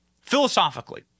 philosophically